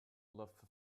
love